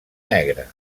negre